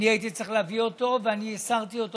אני הייתי צריך להביא אותו, ואני הסרתי אותו